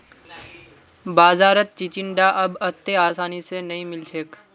बाजारत चिचिण्डा अब अत्ते आसानी स नइ मिल छेक